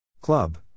Club